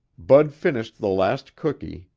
bud finished the last cookie,